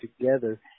together